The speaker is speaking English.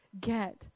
get